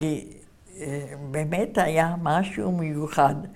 ‫כי באמת היה משהו מיוחד.